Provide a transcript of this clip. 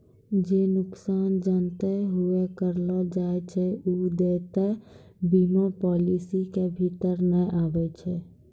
जे नुकसान जानते हुये करलो जाय छै उ देयता बीमा पालिसी के भीतर नै आबै छै